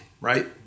right